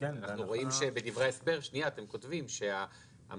אנחנו רואים שבדברי ההסבר אתם כותבים שהמערכת,